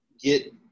get